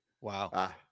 Wow